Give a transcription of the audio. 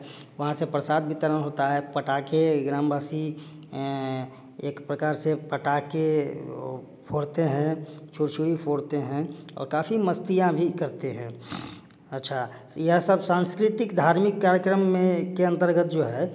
वहाँ से प्रसाद वितरण होता है पटाखे ग्रामवासी एक प्रकार से पटाखे फोड़ते हैं छुरछुरी फोड़ते हैं और काफ़ी मस्तियाँ भी करते हैं अच्छा यह सब सांस्कृतिक धार्मिक कार्यक्रम के अंतर्गत जो है